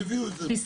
הם יביאו את זה --- (6)